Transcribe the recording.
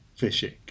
Fishing